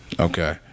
Okay